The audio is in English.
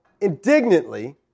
indignantly